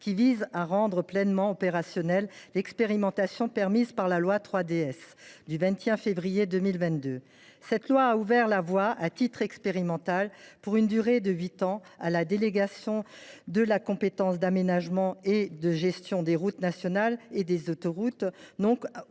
qui vise à rendre pleinement opérationnelle l’expérimentation permise par la loi 3DS du 21 février 2022. Cette loi a ouvert la voie, à titre expérimental pour une durée de huit ans, à la délégation de la compétence d’aménagement et de gestion des routes nationales et autoroutes non concédées